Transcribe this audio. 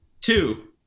two